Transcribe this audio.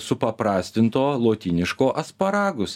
supaprastinto lotyniško asparagus